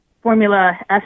Formula